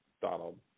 Donald